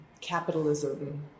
capitalism